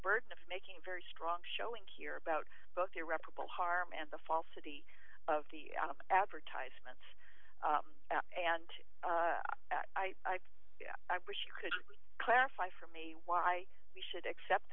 burden of making a very strong showing here about both irreparable harm and the falsity of the advertisements and i wish you could clarify for me why we should accept